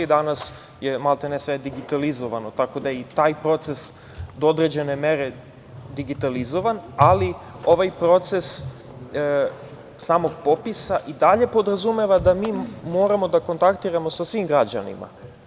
Danas je maltene sve digitalizovano, tako da i taj proces do određene mere digitalizovan, ali ovaj proces samog popisa i dalje podrazumeva da mi moramo da kontaktiramo sa svim građanima.